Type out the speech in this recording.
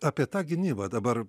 apie tą gynybą dabar